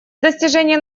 достижение